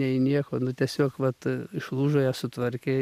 nei nieko nu tiesiog vat išlūžo ją sutvarkė